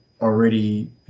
already